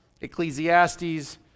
Ecclesiastes